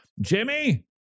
Jimmy